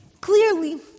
clearly